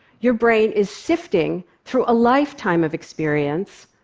your brain is sifting through a lifetime of experience,